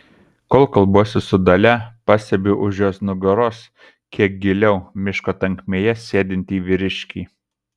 kol kalbuosi su dalia pastebiu už jos nugaros kiek giliau miško tankmėje sėdintį vyriškį